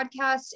podcast